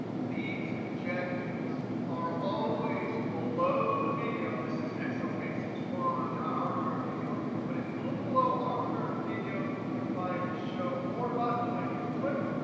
these objectives are always below the video. this is excel basics one, not our current video. but if you look below our current video, you'll find this show more button. when you click,